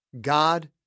God